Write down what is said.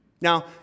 Now